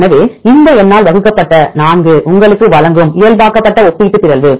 எனவே இந்த எண்ணால் வகுக்கப்பட்ட 4 உங்களுக்கு வழங்கும் இயல்பாக்கப்பட்ட ஒப்பீட்டு பிறழ்வு